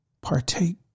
partake